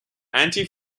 anti